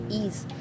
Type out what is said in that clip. ease